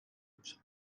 باشد